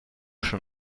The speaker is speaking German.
schon